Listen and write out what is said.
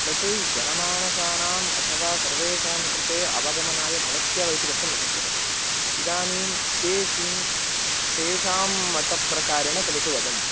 तत् जनमानसानाम् अथवा सर्वेषां कृते अवगमनाय भवत्येव इति वक्तुं न शक्यते इदानिं ते किं तेषां मतप्रकारेण किमिति वदन्तु